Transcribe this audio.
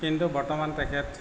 কিন্তু বৰ্তমান তেখেত